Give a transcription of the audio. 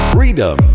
Freedom